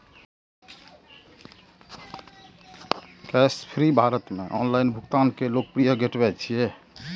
Cashfree Bharat मे online भुगतान के लोकप्रिय गेटवे छियै